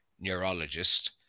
neurologist